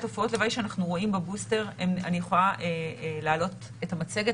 תופעות לוואי שאנחנו רואים בבוסטר הן אני יכולה להעלות את המצגת,